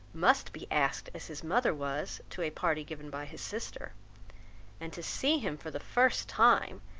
must be asked as his mother was, to a party given by his sister and to see him for the first time,